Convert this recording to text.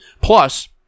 Plus